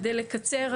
כדי לקצר,